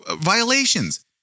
violations